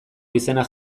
izena